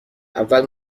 اول